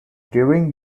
tearing